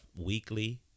weekly